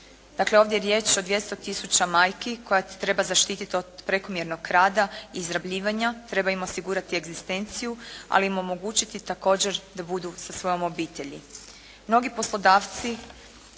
ovdje je riječ o 200 tisuća majki koje treba zaštititi od prekomjernog rada i izrabljivanja, treba im osigurati egzistenciju, ali im omogućiti također da budu sa svojom obitelji.